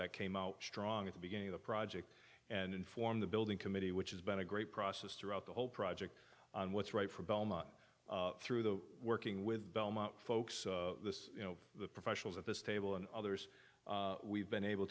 that came out strong at the beginning of the project and informed the building committee which has been a great process throughout the whole project on what's right for belmont through the working with belmont folks you know the professionals at this table and others we've been able